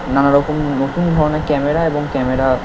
নানা রকম নতুন ধরনের ক্যামেরা এবং ক্যামেরা